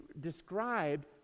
described